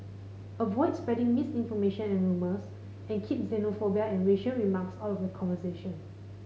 avoid spreading misinformation and rumours and keep xenophobia and racial remarks out of the conversation